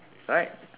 right